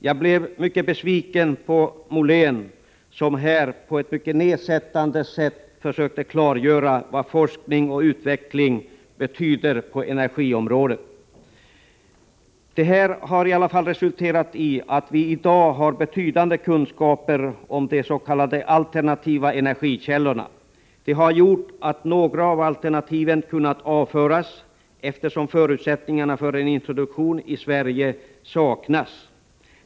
Jag blev mycket besviken på Per-Richard Molén, som på ett nedsättande sätt försökte klargöra vad forskning och utveckling betyder på energiområdet. Detta arbete har i alla fall resulterat i att vi i dag har betydande kunskaper om de s.k. alternativa energikällorna. Det har gjort att några av alternativen kunnat avföras, eftersom förutsättningarna för en introduktion i Sverige saknas.